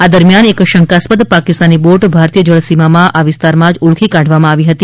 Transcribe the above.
આ દરમિયાન એક શંકાસ્પદ પાકિસ્તાની બોટ ભારતીય જળસીમામાં આ વિસ્તારમાં જ ઓળખી કાઢવામાં આવી હતી